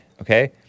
okay